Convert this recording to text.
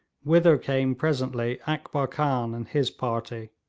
whither came presently akbar khan and his party.